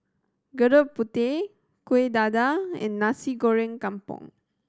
Gudeg Putih Kueh Dadar and Nasi Goreng Kampung